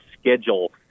schedule